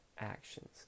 actions